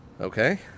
Okay